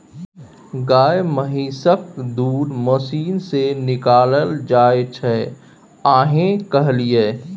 गाए महिषक दूध मशीन सँ निकालल जाइ छै आइ काल्हि